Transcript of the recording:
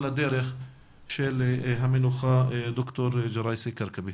לדרך של המנוחה ד"ר ג'ראייסי-כרכבי.